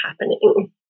happening